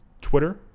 Twitter